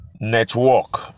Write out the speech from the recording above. network